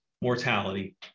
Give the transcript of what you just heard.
mortality